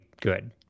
good